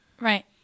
Right